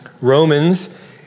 Romans